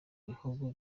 bihugu